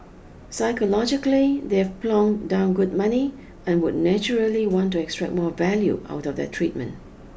psychologically they've plonked down good money and would naturally want to extract more value out of their treatment